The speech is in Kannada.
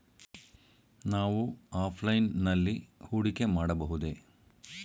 ನಾವು ಆಫ್ಲೈನ್ ನಲ್ಲಿ ಹೂಡಿಕೆ ಮಾಡಬಹುದೇ?